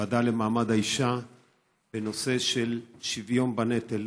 בוועדה למעמד האישה בנושא של שוויון בנטל,